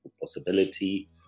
possibility